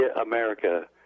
America